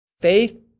Faith